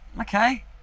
Okay